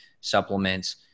supplements